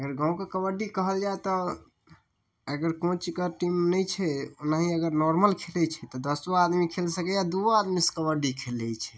अगर गाँवके कबड्डी कहल जाइ तऽ अगर कोचके टीेम नहि छै ओनाही अगर नार्मल खेलै छै तऽ दसो आदमी खेल सकैय दुओ आदमीसँ कबड्डी खेलै छै